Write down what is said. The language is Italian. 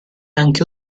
anche